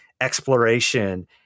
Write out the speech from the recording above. exploration